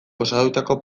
osatutako